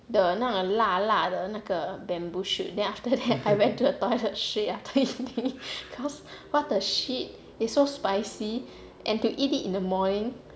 的那种辣辣的的那个 bamboo shoot then after that I went to the toilet straight after eating cause what the shit it's so spicy and to eat it in the morning